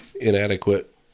inadequate